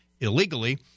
illegally